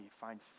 find